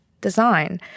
design